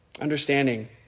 Understanding